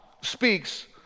speaks